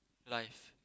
life